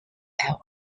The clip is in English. have